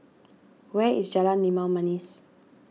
where is Jalan Limau Manis